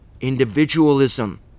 Individualism